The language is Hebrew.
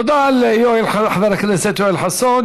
תודה לחבר הכנסת יואל חסון.